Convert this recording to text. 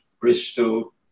Bristol